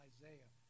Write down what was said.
Isaiah